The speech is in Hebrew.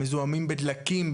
מזוהמים בדלקים,